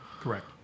Correct